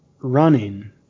running